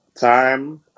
time